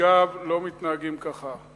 נציגיו לא מתנהגים ככה.